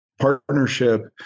partnership